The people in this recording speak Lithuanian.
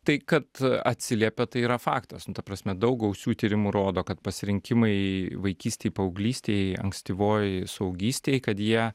tai kad atsiliepia tai yra faktas nu ta prasme daug gausių tyrimų rodo kad pasirinkimai vaikystėj paauglystėj ankstyvoj suaugystėj kad jie